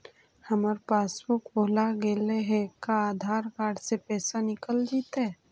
हमर पासबुक भुला गेले हे का आधार कार्ड से पैसा निकल जितै?